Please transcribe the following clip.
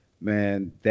man